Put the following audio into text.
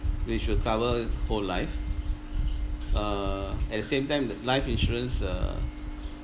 they should cover whole life uh at the same time the life insurance uh